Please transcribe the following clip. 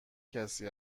کسی